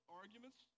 arguments